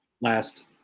last